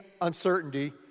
uncertainty